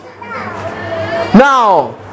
Now